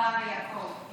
אברהם ויעקב.